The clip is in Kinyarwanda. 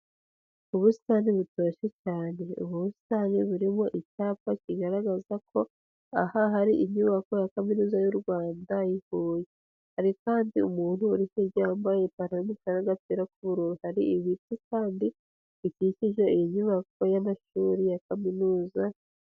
Ubusitani butoshye cyane, ubu busitani burimo icyapa kigaragaza ko, aha hari inyubako ya Kaminuza y'u Rwanda i Huye. Hari kandi umuntu uri kurya wambaye ipantaro y'umukara n'agapira k'ubururu, hari ibiti kandi bikikije iyi nyubako y'amashuri ya kaminuza.